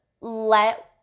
let